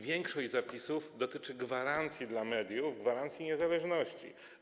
Większość zapisów dotyczy gwarancji dla mediów, gwarancji niezależności.